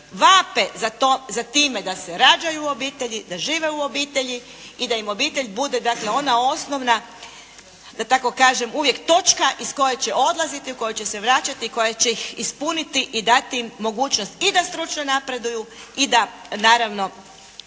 vape za time da se rađaju obitelji, da žive u obitelji i da im obitelj bude dakle ona osnovna da tako kažem uvijek točka iz koje će odlaziti, u koju će se vraćati i koja će ih ispuniti i dati im mogućnost i da stručno napreduju i da naravno